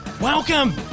Welcome